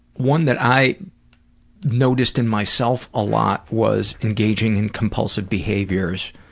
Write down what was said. one that i noticed in myself a lot was engaging in compulsive behaviors,